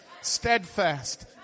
steadfast